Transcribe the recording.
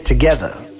Together